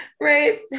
Right